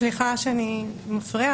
סליחה שאני מפריעה.